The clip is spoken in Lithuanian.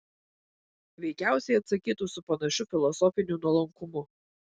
veikiausiai atsakytų su panašiu filosofiniu nuolankumu